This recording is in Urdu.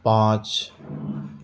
پانچ